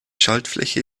schaltfläche